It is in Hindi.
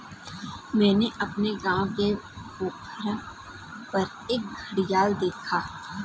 मैंने अपने गांव के पोखर पर एक घड़ियाल देखा था